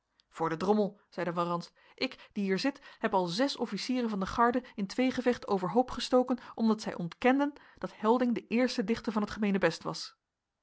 voor den drommel zeide van ranst ik die hier zit heb al zes officieren van de garde in tweegevecht overhoop gestoken omdat zij ontkenden dat helding de eerste dichter van het gemeenebest was